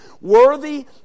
worthy